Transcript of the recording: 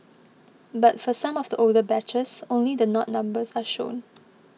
but for some of the older batches only the not numbers are shown